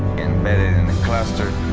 embedded in the cluster,